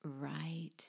right